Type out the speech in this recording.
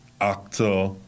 actor